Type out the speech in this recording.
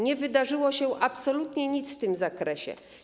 Nie wydarzyło się absolutnie nic w tym zakresie.